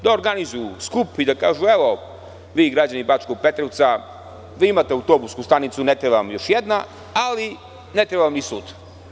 Da organizuju skup i da kažu – evo, vi građani Bačkog Petrovca, vi imate autobusku stanicu ne treba vam još jedna, ali ne treba vam ni sud.